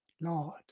Lord